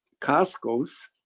Costco's